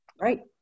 Right